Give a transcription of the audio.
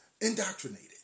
Indoctrinated